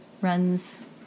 runs